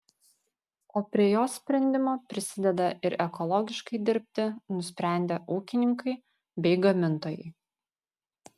o prie jos sprendimo prisideda ir ekologiškai dirbti nusprendę ūkininkai bei gamintojai